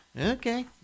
Okay